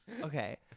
okay